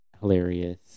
Hilarious